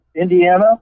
Indiana